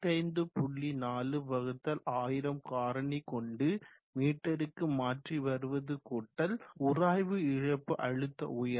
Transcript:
41000 காரணி கொண்டு மீட்டருக்கு மாற்றி வருவது கூட்டல் உராய்வு இழப்பு அழுத்த உயரம் 18